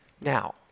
Now